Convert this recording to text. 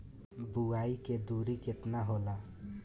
बुआई के दुरी केतना होला?